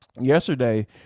yesterday